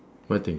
what thing